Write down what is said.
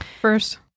first